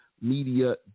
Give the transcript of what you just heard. media